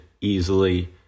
easily